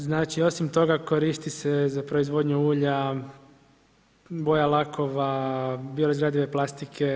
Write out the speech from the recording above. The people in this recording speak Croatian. Znači, osim toga koristi se za proizvodnju ulja, boja, lakova, biorazgradive plastike.